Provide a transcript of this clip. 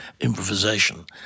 improvisation